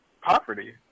poverty